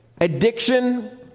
addiction